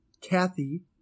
Kathy